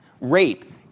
rape